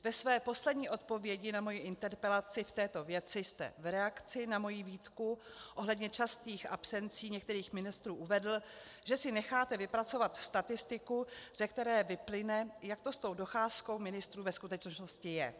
Ve své poslední odpovědi na moji interpelaci v této věci jste v reakci na moji výtku ohledně častých absencí některých ministrů uvedl, že si necháte vypracovat statistiku, ze které vyplyne, jak to s tou docházkou ministrů ve skutečnosti je.